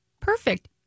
Perfect